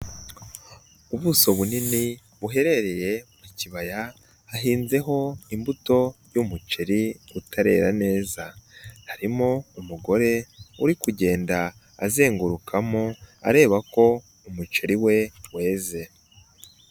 Ubuso bunini buherereye mu kibaya hahinzeho imbuto y'umuceri utarera neza, harimo umugore uri kugenda azengurukamo areba ko umuceri we weze.